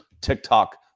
TikTok